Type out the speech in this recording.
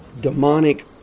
demonic